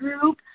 group